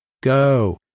Go